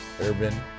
Urban